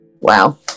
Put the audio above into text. Wow